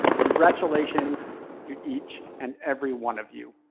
congratulations to each and every one of you.